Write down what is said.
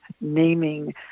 naming